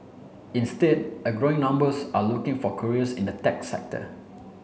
instead a growing numbers are looking for careers in the tech sector